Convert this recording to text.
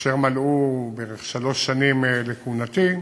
כאשר מלאו בערך שלוש שנים לכהונתי,